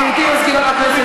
גברתי מזכירת הכנסת,